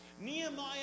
Nehemiah